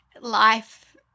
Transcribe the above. life